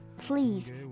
please